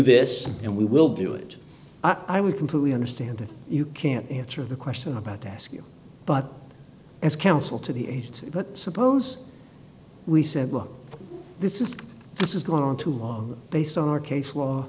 this and we will do it i would completely understand that you can't answer the question about the ask you but as counsel to the agent but suppose we said look this is this is going on too long based on our case law